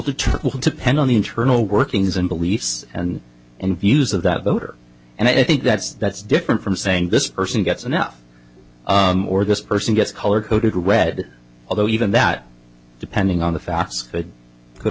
who depend on the internal workings and beliefs and and views of that voter and i think that's that's different from saying this person gets enough or this person gets color coded red although even that depending on the facts it could